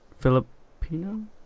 Filipino